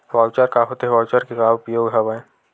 Voucher का होथे voucher के का उपयोग हवय?